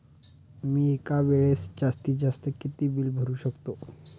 मी एका वेळेस जास्तीत जास्त किती बिल भरू शकतो?